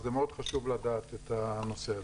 אז מאוד חשוב לדעת את הנושא הזה.